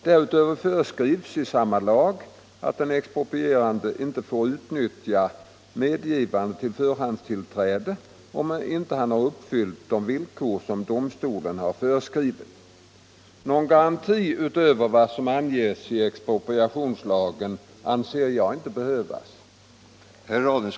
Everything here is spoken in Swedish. Därutöver föreskrivs i samma lag att den exproprierande inte får utnyttja medgivandet till förhandstillträde om han inte har uppfyllt de villkor som domstolen har föreskrivit. Någon garanti utöver vad som anges i expropriationslagen anser jag inte behövas.